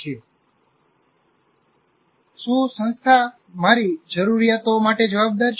'શું સંસ્થા મારી જરૂરિયાતો માટે જવાબદાર છે